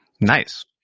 Nice